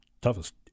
toughest